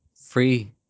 Free